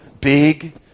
big